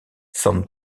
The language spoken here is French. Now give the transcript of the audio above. san